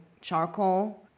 charcoal